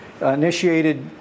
initiated